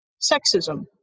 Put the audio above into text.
Sexism